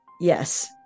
Yes